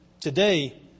today